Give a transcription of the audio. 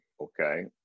okay